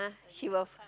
she will